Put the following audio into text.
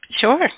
Sure